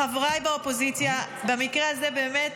לחבריי באופוזיציה, במקרה הזה, באמת,